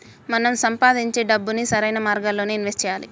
మనం సంపాదించే డబ్బుని సరైన మార్గాల్లోనే ఇన్వెస్ట్ చెయ్యాలి